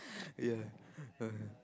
ya ah